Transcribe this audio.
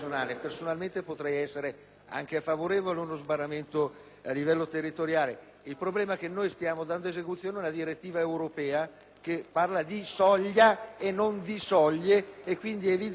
essere favorevole ad uno sbarramento territoriale. Il problema è che stiamo dando esecuzione ad una direttiva europea che parla di soglia e non di soglie; quindi è evidente che la soglia può essere solo